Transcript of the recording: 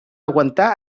aguantar